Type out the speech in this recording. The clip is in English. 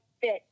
fit